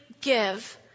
give